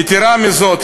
יתרה מזאת,